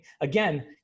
again